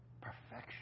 perfection